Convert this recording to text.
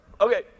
Okay